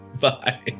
bye